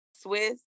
swiss